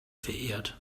verehrt